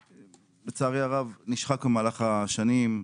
לצערי הרב נשחק במהלך השנים.